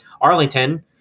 Arlington